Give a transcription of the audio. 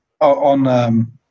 on